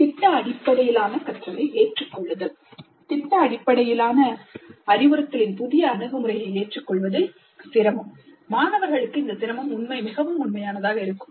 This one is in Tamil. திட்ட அடிப்படையிலான கற்றலை ஏற்றுக்கொள்ளுதல் திட்ட அடிப்படையிலான அறிவுறுத்தலின் புதிய அணுகுமுறையைத் ஏற்றுக்கொள்வதில் சிரமம் மாணவர்களுக்கு இந்த சிரமம் மிகவும் உண்மையானதாக இருக்கும்